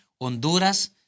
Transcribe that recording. Honduras